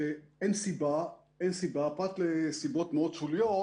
שאין סיבה, פרט לסיבות מאוד שוליות,